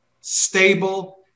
stable